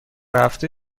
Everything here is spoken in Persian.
هفته